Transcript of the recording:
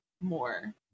more